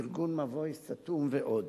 ארגון "מבוי סתום" ועוד.